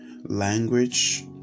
language